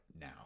now